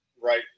right